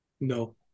No